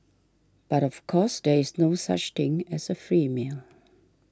but of course there is no such thing as a free meal